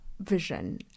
vision